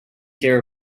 care